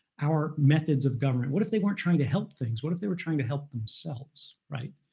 our methods of government? what if they weren't trying to help things? what if they were trying to help themselves, right?